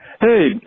Hey